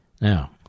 Now